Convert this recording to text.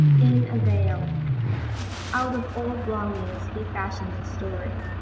in a vale out of old longings he fashions a story.